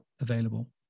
available